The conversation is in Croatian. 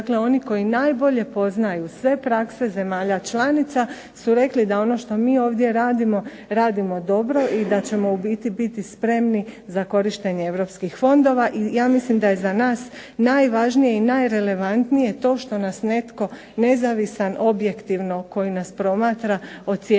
Dakle, oni koji najbolje poznaju sve prakse zemalja članica su rekli da ono što mi ovdje radimo radimo dobro i da ćemo u biti biti spremni za korištenje Europskih fondova. I ja mislim da je za nas najvažnije i najrelevantnije to što nas netko nezavisan objektivno koji nas promatra ocjenjuje